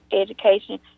education